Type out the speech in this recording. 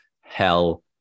hell